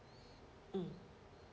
mm